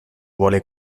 vuole